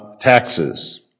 Taxes